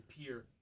appear